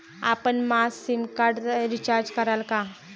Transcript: आपण माझं sim card recharge कराल का?